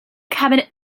cabinet